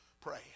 pray